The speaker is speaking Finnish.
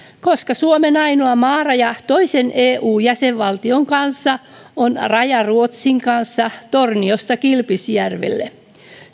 koska suomen ainoa maaraja toisen eu jäsenvaltion kanssa on raja ruotsin kanssa torniosta kilpisjärvelle